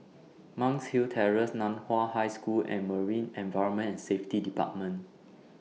Monk's Hill Terrace NAN Hua High School and Marine Environment and Safety department